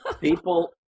people